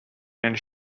and